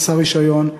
חסר רישיון,